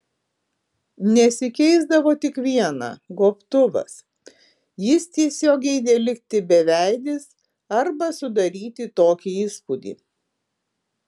nesikeisdavo tik viena gobtuvas jis tiesiog geidė likti beveidis arba sudaryti tokį įspūdį